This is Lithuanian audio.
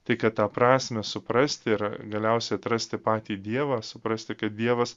tai kad tą prasmę suprasti ir galiausiai atrasti patį dievą suprasti kad dievas